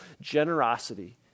Generosity